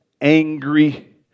angry